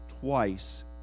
twice